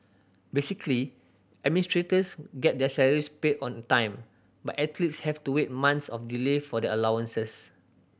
basically administrators get their salaries paid on time but athletes have to wait months of delay for their allowances